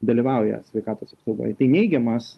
dalyvauja sveikatos apsaugoj tai neigiamas